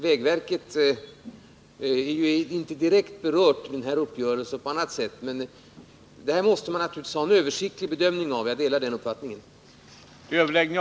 Vägverket är ju inte direkt berört av denna uppgörelse. Men detta måste man naturligtvis göra en översiktlig bedömning av — jag delar den uppfattningen.